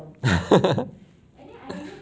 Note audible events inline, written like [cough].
[laughs]